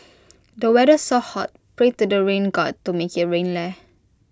the weather's so hot pray to the rain God to make IT rain leh